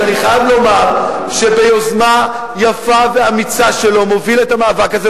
שאני חייב לומר שביוזמה יפה ואמיצה שלו מוביל את המאבק הזה,